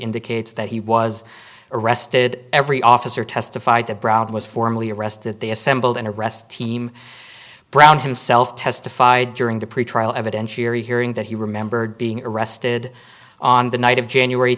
indicates that he was arrested every officer testified that brown was formally arrested they assembled an arrest team brown himself testified during the pretrial evidentiary hearing that he remembered being arrested on the night of january